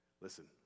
Listen